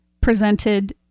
presented